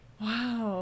Wow